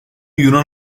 yunan